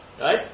Right